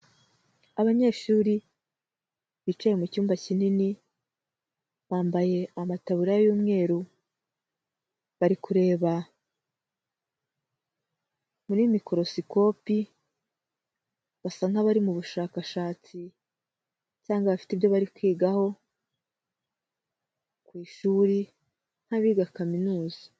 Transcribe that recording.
Abanyeshuri bicaye mu cyumba kinini bambaye amataburiya y'umweru, bari kureba muri mikorosikopi basa nk'abari mu bushakashatsi cyangwa bafite ibyo bari kwigaho ku ishuri nk'abiga Kaminuza.